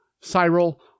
Cyril